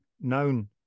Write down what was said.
known